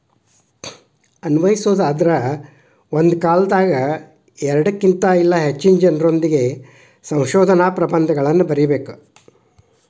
ಅನ್ವಯಿಸೊದಾದ್ರ ಒಂದ ಕಾಲದಾಗ ಎರಡಕ್ಕಿನ್ತ ಇಲ್ಲಾ ಹೆಚ್ಚಿನ ಜನರೊಂದಿಗೆ ಸಂಶೋಧನಾ ಪ್ರಬಂಧಗಳನ್ನ ಬರಿಬೇಕ್